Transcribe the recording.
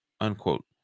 unquote